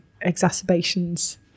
exacerbations